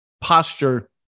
posture